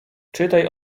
czytaj